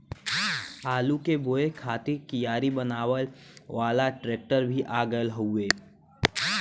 आलू के बोए खातिर कियारी बनावे वाला ट्रेक्टर भी आ गयल हउवे